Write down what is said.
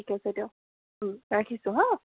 ঠিক আছে দিয়ক ৰাখিছোঁ হা